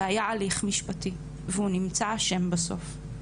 והיה הליך משפטי והוא נמצא אשם בסוף,